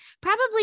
Probably-